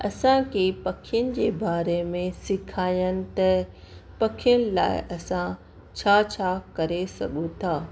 असांखे पखियुनि जे बारे में सिखाइनि त पखियुनि लाइ असां छा छा करे सघूं था